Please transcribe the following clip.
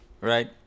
right